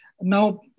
Now